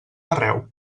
arreu